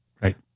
right